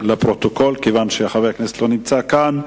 לפרוטוקול, כיוון שחבר הכנסת לא נמצא כאן.